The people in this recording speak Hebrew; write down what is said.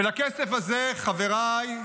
ולכסף הזה, חבריי,